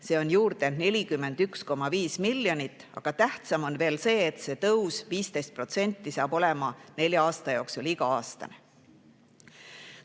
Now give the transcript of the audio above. ehk juurde 41,5 miljonit. Aga tähtsam on veel see, et see tõus, 15%, saab olema nelja aasta jooksul igal aastal.